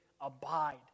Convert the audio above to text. Abide